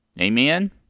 Amen